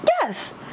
Yes